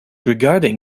regarding